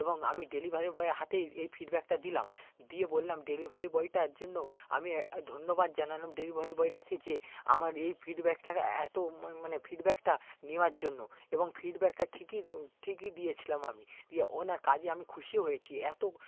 এবং আমি ডেলিভারি বয়ের হাতেই এই ফিডব্যাকটা দিলাম দিয়ে বললাম ডেলিভারি বয়টার জন্য আমি ধন্যবাদ জানালাম ডেলিভারি বয়টাকে যে আমার এই ফিডব্যাকটার এতো মানে ফিডব্যাকটা নেওয়ার জন্য এবং ফিডব্যাকটা ঠিকই ঠিকই দিয়েছিলাম ইয়ে ওনার কাজে আমি খুশি হয়েছি এতো